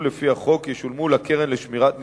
לפי החוק ישולמו לקרן לשמירת הניקיון,